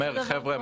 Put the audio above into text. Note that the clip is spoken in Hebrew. אומר: "חבר'ה,